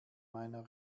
meiner